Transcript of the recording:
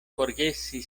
forgesi